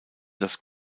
das